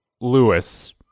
Lewis